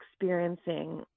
experiencing